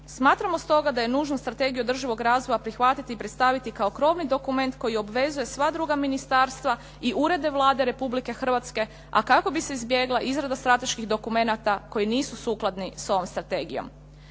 Smatramo stoga da je nužno Strategiju održivog razvoja prihvatiti i predstaviti kao krovni dokument koji obvezuje sva druga ministarstva i urede Vlade Republike Hrvatske, a kako bi se izbjegla izrada strateških dokumenata koji nisu sukladni sa ovom strategijom.